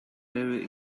very